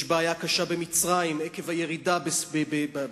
יש בעיה קשה במצרים עקב הירידה בשפיעה,